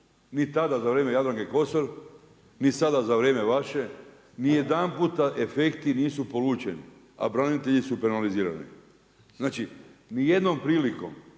Ni tada za vrijeme Jadranke Kosor, ni sada za vrijeme vaše, ni jedan puta efekti nisu polučeni a branitelji su penalizirani. Znači nijednom prilikom